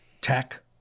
tech